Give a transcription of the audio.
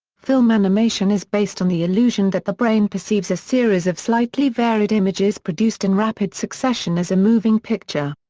film animation is based on the illusion that the brain perceives a series of slightly varied images produced in rapid succession as a moving picture.